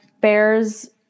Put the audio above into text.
Bears